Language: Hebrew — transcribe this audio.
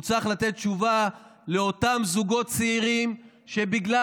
הוא צריך לתת תשובה לאותם זוגות צעירים שבגלל